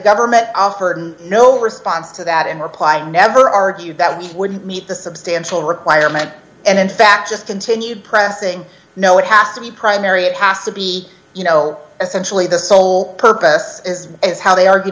government offered no response to that in replying never argued that we wouldn't meet the substantial requirement and in fact just continued pressing know it has to be primary it has to be you know essentially the sole purpose is is how they argue